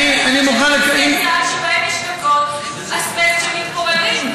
יש בסיסי צה"ל שבהם יש גגות אזבסט שמתפוררים.